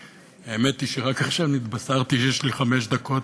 האמת היא שרק עכשיו נתבשרתי שיש לי חמש דקות,